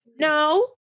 no